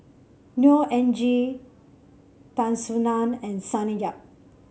Neo Anngee Tan Soo Nan and Sonny Yap